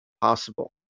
possible